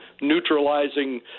neutralizing